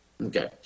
okay